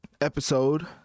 episode